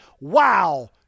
wow